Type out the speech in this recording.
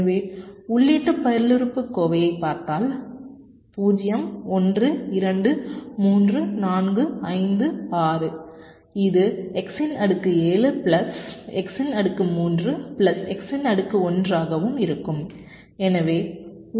எனவே உள்ளீட்டு பல்லுறுப்புக்கோவையைப் பார்த்தால் 0 1 2 3 4 5 6 இது x இன் அடுக்கு 7 பிளஸ் x இன் அடுக்கு 3பிளஸ் x இன் அடுக்கு 1 ஆகவும் இருக்கும்